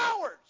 hours